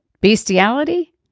bestiality